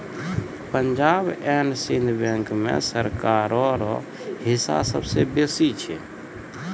Punjab and Sind bank मे सरकारो रो हिस्सा सबसे बेसी छै